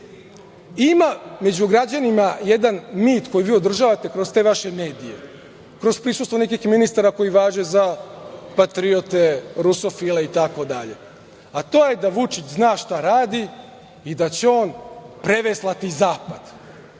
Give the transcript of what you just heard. među građanima jedan mit koji vi održavate kroz te vaše medije, kroz prisustvo nekih ministara koji važe za patriote, rusofile itd. To je da Vučić zna šta radi i da će on preveslati zapad.